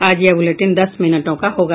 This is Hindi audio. आज यह बुलेटिन दस मिनटों का होगा